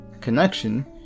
connection